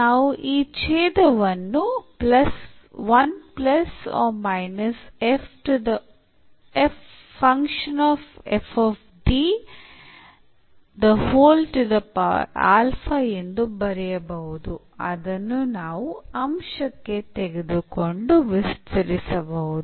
ನಾವು ಈ ಛೇದವನ್ನು ಎಂದು ಬರೆಯಬಹುದು ಅದನ್ನು ನಾವು ಅಂಶಕ್ಕೆ ತೆಗೆದುಕೊಂಡು ವಿಸ್ತರಿಸಬಹುದು